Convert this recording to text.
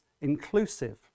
inclusive